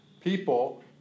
people